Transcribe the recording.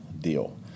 deal